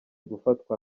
gufatwa